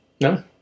No